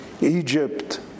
Egypt